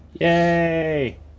Yay